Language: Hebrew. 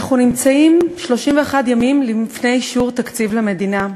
אנחנו נמצאים 31 ימים לפני אישור תקציב למדינה.